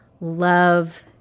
love